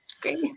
Great